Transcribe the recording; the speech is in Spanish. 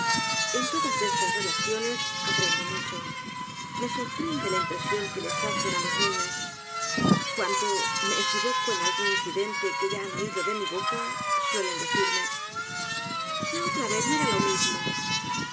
en todas estas relaciones aprendo mucho me sorprende la impresión que les hacen á los niños cuando me equivoco en algún incidente que ya han oido de mi boca suelen decirme la otra vez no era lo mismo